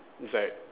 it's like